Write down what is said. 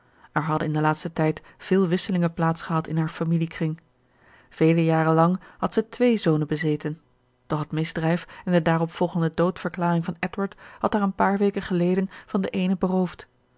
er hadden in den laatsten tijd veel wisselingen plaats gehad in haar familiekring vele jaren lang had zij twee zonen bezeten doch het misdrijf en de daarop volgende doodverklaring van edward had haar een paar weken geleden van den eenen beroofd